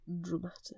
dramatic